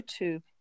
YouTube